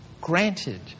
Granted